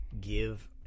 give